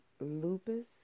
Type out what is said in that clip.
lupus